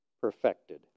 perfected